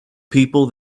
people